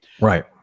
Right